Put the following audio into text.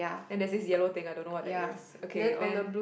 then there's yellow thing I don't know what that is okay then